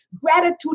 gratitude